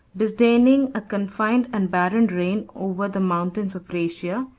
disdaining a confined and barren reign over the mountains of rhaetia,